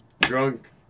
drunk